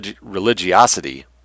religiosity